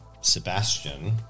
Sebastian